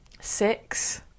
six